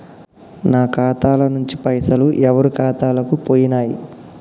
నా ఖాతా ల నుంచి పైసలు ఎవరు ఖాతాలకు పోయినయ్?